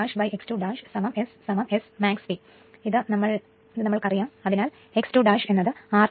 അതുകൊണ്ട് തന്നെ x 2 എന്ന് ഉള്ളത് r20